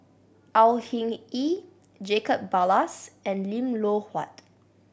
Au Hing Yee Jacob Ballas and Lim Loh Huat